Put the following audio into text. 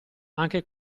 anche